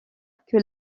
que